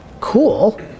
cool